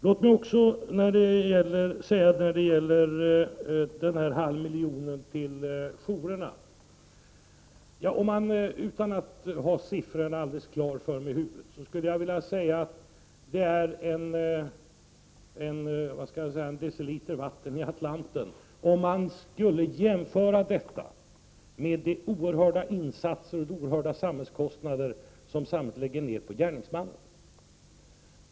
Göran Magnusson talar om en halv miljon till brottsofferjourerna. Utan att ha siffrorna helt klara i huvudet skulle jag vilja säga att det är ungefär som en deciliter vatten i Atlanten, om man jämför med de oerhörda insatser och kostnader som samhället lägger ner på gärningsmannen.